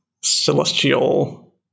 celestial